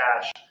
cash